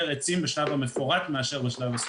עצים בשלב המפורט מאשר בשלב הסטטוטורי.